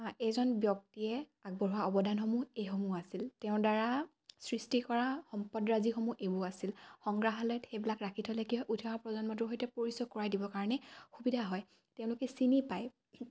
এজন ব্যক্তিয়ে আগবঢ়োৱা অৱদানসমূহ এইসমূহ আছিল তেওঁৰ দ্বাৰা সৃষ্টি কৰা সম্পদৰাজিসমূহ এইবোৰ আছিল সংগ্ৰাহয়ত সেইবিলাক ৰাখি থ'লে কি হয় উঠি অহা প্ৰজন্মটোৰ সৈতে পৰিচয় কৰাই দিবৰ কাৰণে সুবিধা হয় তেওঁলোকে চিনি পায়